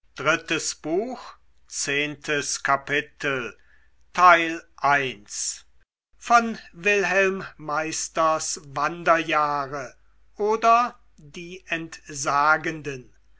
goethe wilhelm meisters wanderjahre oder die entsagenden